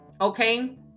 okay